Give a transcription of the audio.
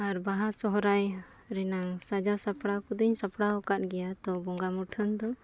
ᱟᱨ ᱵᱟᱦᱟ ᱥᱚᱦᱚᱨᱟᱭ ᱨᱮᱱᱟᱜ ᱥᱟᱡᱟᱣ ᱥᱟᱯᱲᱟᱣ ᱠᱚᱫᱚᱧ ᱥᱟᱯᱲᱟᱣ ᱟᱠᱟᱫ ᱜᱮᱭᱟ ᱛᱚ ᱵᱚᱸᱜᱟ ᱢᱩᱴᱷᱟᱹᱱ ᱫᱚ